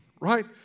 right